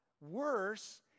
worse